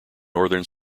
northern